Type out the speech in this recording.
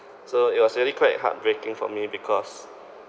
so it was really quite heartbreaking for me because